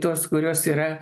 tos kurios yra